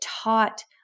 taught